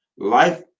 life